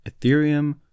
Ethereum